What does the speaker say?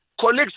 colleagues